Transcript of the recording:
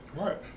Right